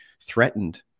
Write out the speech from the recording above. threatened